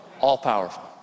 All-powerful